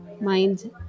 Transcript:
mind